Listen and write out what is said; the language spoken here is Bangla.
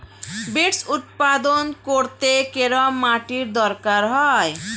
বিটস্ উৎপাদন করতে কেরম মাটির দরকার হয়?